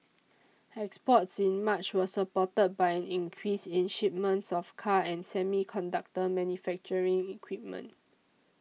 exports in March were supported by an increase in shipments of cars and semiconductor manufacturing equipment